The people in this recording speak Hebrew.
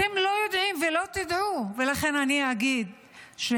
אתם לא יודעים ולא תדעו, ולכן אני אגיד שהלילה,